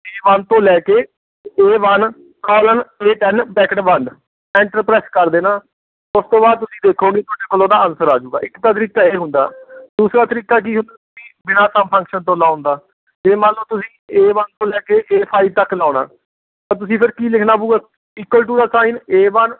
ਏ one ਤੋਂ ਲੈ ਕੇ A one colon A ten bracket ਬੰਦ ਐਂਟਰ ਪ੍ਰੈਸ ਕਰ ਦੇਣਾ ਉਸ ਤੋਂ ਬਾਅਦ ਤੁਸੀਂ ਦੇਖੋਗੇ ਤੁਹਾਡੇ ਕੋਲ ਉਹਦਾ ਆਨਸਰ ਆ ਜੂਗਾ ਇੱਕ ਤਾਂ ਤਰੀਕਾ ਇਹ ਹੁੰਦਾ ਦੂਸਰਾ ਤਰੀਕਾ ਕੀ ਹੁੰਦਾ ਤੁਸੀਂ ਬਿਨਾ ਸਮ ਫੰਕਸ਼ਨ ਤੋਂ ਲਾਉਣ ਦਾ ਜੇ ਮੰਨ ਲਉ ਤੁਸੀਂ ਏ ਵੰਨ ਤੋਂ ਲੈ ਕੇ ਏ ਫਾਈਵ ਤੱਕ ਲਾਉਣਾ ਤਾਂ ਤੁਸੀਂ ਫਿਰ ਕੀ ਲਿਖਣਾ ਪਊਗਾ ਇਕੁਅਲ ਟੂ ਦਾ ਸਾਈਨ ਏ ਵੰਨ